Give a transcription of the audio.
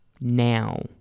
now